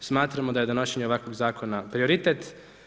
Smatramo da je donošenje ovakvog zakona prioritet.